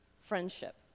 friendship